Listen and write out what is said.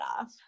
off